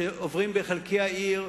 כשעוברים בחלקי העיר,